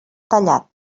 tallat